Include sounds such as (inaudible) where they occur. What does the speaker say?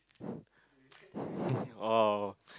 (breath) oh